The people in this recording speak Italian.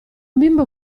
bimbo